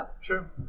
sure